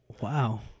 Wow